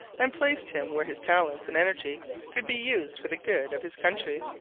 and placed him where his talents and energy could be used for the good of his country.